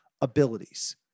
abilities